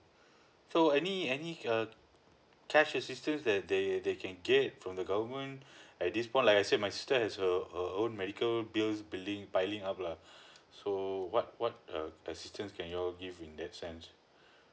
so any any uh cash assistance that they they can get from the government at this point like I say my sister has her uh own medical bills billing piling up lah so what what uh assistance can you all give in that sense